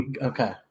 Okay